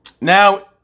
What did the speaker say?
Now